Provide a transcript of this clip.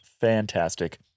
fantastic